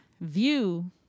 view